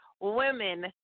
Women